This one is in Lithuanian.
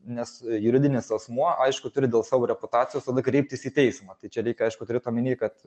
nes juridinis asmuo aišku turi dėl savo reputacijos tada kreiptis į teismą tai čia reik aišku turėt omeny kad